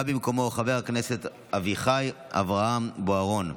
בא במקומו חבר הכנסת אביחי אברהם בוארון.